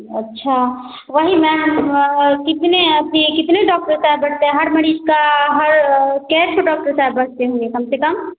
अच्छा वही मैंम कितने अभी कितने डॉक्टर साहब बैठते हैं हर मरीज़ का हर कैठ कि डॉक्टर साहब बैठते होंगे कम से कम